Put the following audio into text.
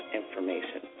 information